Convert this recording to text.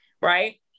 right